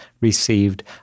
received